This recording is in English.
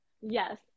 Yes